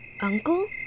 Uncle